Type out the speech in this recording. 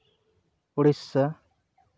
Odisha